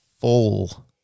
full